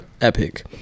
epic